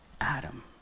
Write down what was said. Adam